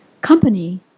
company